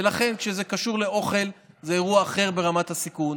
ולכן כשזה קשור לאוכל זה אירוע אחר ברמת הסיכון.